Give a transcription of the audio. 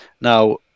Now